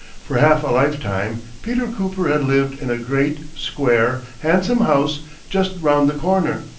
for half a lifetime peter cooper had lived in a great, square, handsome house just round the corner,